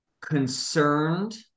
concerned